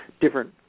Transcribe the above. different